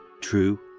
true